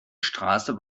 straße